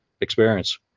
experience